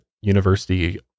university